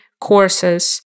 courses